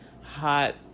hot